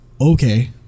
Okay